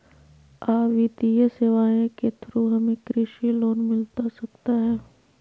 आ वित्तीय सेवाएं के थ्रू हमें कृषि लोन मिलता सकता है?